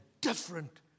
different